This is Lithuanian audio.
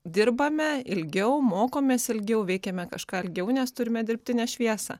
dirbame ilgiau mokomės ilgiau veikiame kažką ilgiau nes turime dirbtinę šviesą